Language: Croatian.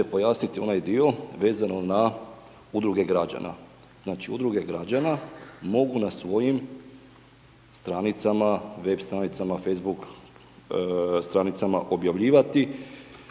pojasniti onaj dio vezano na Udruge građana. Znači, Udruge građana mogu na svojim stranicama, web stranicama, facebook stranicama objavljivati